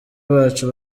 bacu